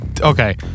okay